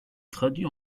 traduit